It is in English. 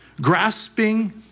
Grasping